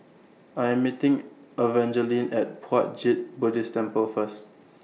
I'm meeting Evangeline At Puat Jit Buddhist Temple First